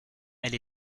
elle